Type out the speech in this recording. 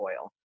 oil